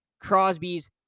Crosby's